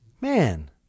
man